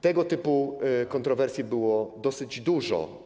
Tego typu kontrowersji było dosyć dużo.